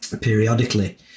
periodically